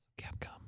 Capcom